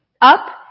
Up